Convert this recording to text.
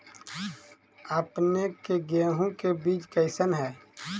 अपने के गेहूं के बीज कैसन है?